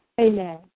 Amen